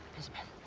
azabeth,